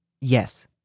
Yes